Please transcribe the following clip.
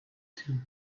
too